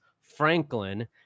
Franklin